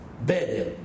better